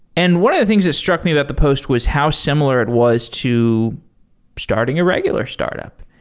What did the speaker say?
and one of the things that struck me about the post was how similar it was to starting a regular startup.